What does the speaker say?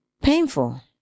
painful